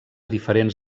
diferents